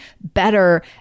better